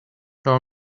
tell